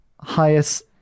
highest